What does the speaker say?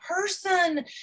person